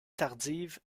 tardive